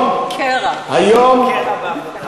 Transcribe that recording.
קרע, קרע בעבודה.